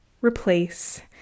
replace